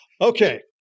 okay